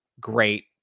great